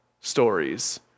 stories